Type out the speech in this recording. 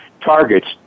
targets